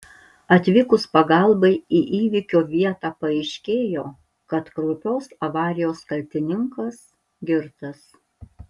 atvykus pagalbai į įvykio vietą paaiškėjo kad kraupios avarijos kaltininkas girtas